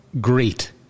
great